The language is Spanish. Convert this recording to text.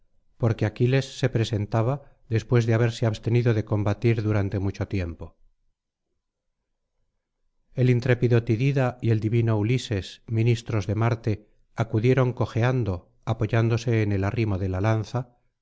porque aquiles se presentaba después de haberse abstenido de combatir durante mucho tiempo el intrépido tidida y el divino ulises ministros de marte acudieron cojeando apoyándose en el arrimo de la lanza